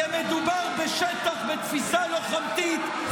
כי מדובר בשטח בתפיסה לוחמתית,